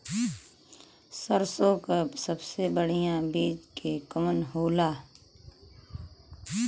सरसों क सबसे बढ़िया बिज के कवन होला?